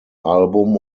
album